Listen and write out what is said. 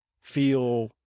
feel